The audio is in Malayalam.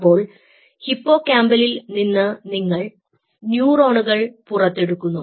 അപ്പോൾ ഹിപ്പോകാമ്പലിൽ നിന്ന് നിങ്ങൾ ന്യൂറോണുകൾ പുറത്തെടുക്കുന്നു